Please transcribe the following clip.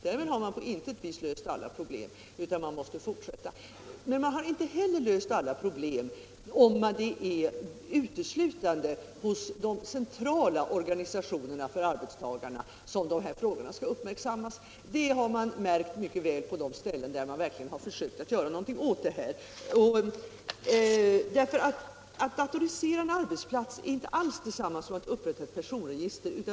Därmed har man på intet sätt löst alla problem, utan måste fortsätta. Men man har heller inte löst alla problem om det är uteslutande hos de centrala organisationerna för arbetstagarna som dessa frågor uppmärksammas. Det har man märkt på de ställen där man försökt göra någonting åt det här. Att datorisera en arbetsplats är inte alls detsamma som att upprätta ett personregister.